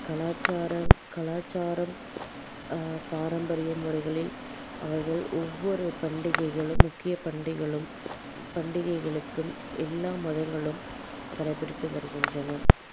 கலாச்சாரம் கலாச்சாரம் பாரம்பரிய முறைகளில் அவைகள் ஒவ்வொரு பண்டிகைகளும் முக்கிய பண்டிகைளும் பண்டிகைகளுக்கும் எல்லாம் மதங்களும் கடைப்பிடித்து வருகின்றன